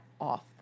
off